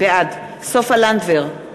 בעד סופה לנדבר,